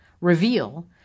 Reveal